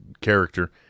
character